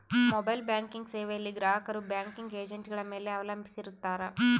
mobile banking ಸೇವೆಯಲ್ಲಿ ಗ್ರಾಹಕರು banking ಏಜೆಂಟ್ಗಳ ಮೇಲೆ ಅವಲಂಬಿಸಿರುತ್ತಾರ